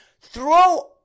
throw